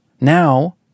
Now